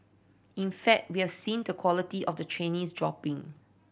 in fact we have seen the quality of the trainees dropping